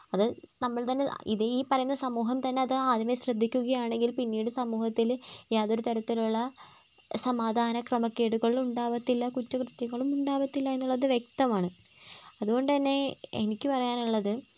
അത് നമ്മൾ തന്നെ ഇത് ഈ പറയുന്ന സമൂഹം തന്നെ അത് ആദ്യമേ ശ്രദ്ധിക്കുകയാണെങ്കിൽ പിന്നീട് സമൂഹത്തിൽ യാതൊരു തരത്തിലുള്ള സമാധാന ക്രമക്കേടുകൾ ഉണ്ടാവത്തില്ല കുറ്റ കൃത്യങ്ങളും ഉണ്ടാവത്തില്ല എന്നുള്ളത് വ്യക്തമാണ് അതുകൊണ്ട് തന്നെ എനിക്ക് പറയാനുള്ളത്